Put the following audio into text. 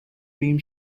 beam